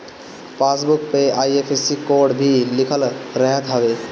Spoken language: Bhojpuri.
पासबुक पअ आइ.एफ.एस.सी कोड भी लिखल रहत हवे